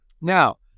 Now